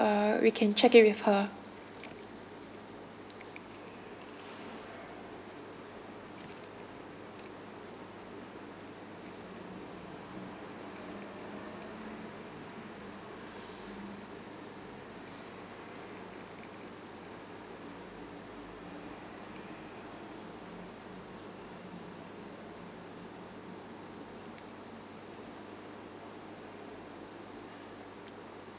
err we can check it with her